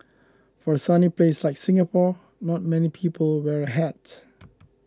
for a sunny place like Singapore not many people wear a hat